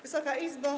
Wysoka Izbo!